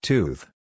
Tooth